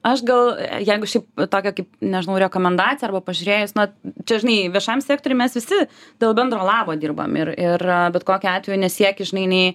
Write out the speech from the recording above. aš gal jeigu šiaip tokią kaip nežinau rekomendaciją arba pažiūrėjus na čia žinai viešam sektoriui mes visi dėl bendro labo dirbam ir ir bet kokiu atveju nesieki nei